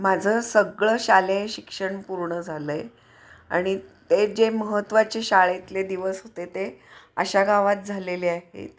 माझं सगळं शालेय शिक्षण पूर्ण झालं आहे आणि ते जे महत्त्वाचे शाळेतले दिवस होते ते अशा गावात झालेले आहेत